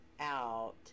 out